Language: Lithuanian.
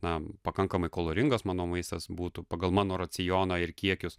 na pakankamai kaloringas mano maistas būtų pagal mano racioną ir kiekius